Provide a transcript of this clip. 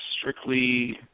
strictly